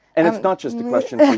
and that's not just a question and